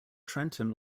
trenton